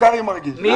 ההסתייגות לא התקבלה.